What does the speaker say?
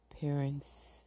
parents